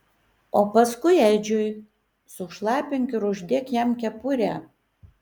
o paskui edžiui sušlapink ir uždėk jam kepurę